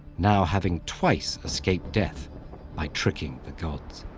now having twice escaped death by tricking the gods.